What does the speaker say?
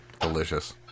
Delicious